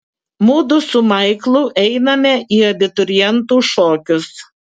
mudu su maiklu einame į abiturientų šokius